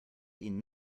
ihnen